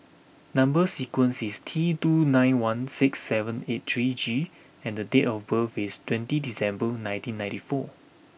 number sequence is T two nine one six seven eight three G and the date of birth is twenty December nineteen ninety four